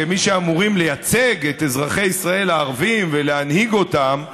כמי שאמורים לייצג את אזרחי ישראל הערבים ולהנהיג אותם,